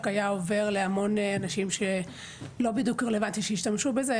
היה עובר להמון אנשים שלא בדיוק רלוונטי שישתמשו בזה,